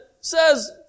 says